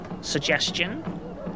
suggestion